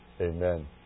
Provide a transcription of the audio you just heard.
Amen